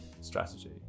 strategy